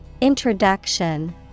Introduction